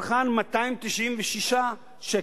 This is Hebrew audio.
המחיר לצרכן הוא 296 שקלים,